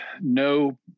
no